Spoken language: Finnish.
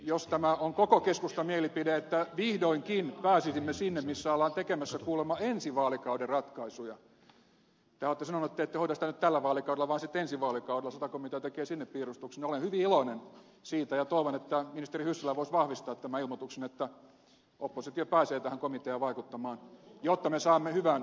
jos tämä on koko keskustan mielipide että vihdoinkin pääsisimme sinne missä ollaan tekemässä kuulemma ensi vaalikauden ratkaisuja tehän olette sanonut että te ette hoida sitä nyt tällä vaalikaudella vaan sitten ensi vaalikaudella sata komitea tekee sinne piirustukset niin olen hyvin iloinen siitä ja toivon että ministeri hyssälä voisi vahvistaa tämän ilmoituksen että oppositio pääsee tähän komiteaan vaikuttamaan jotta me saamme hyvän sosiaaliturvauudistuksen